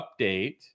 update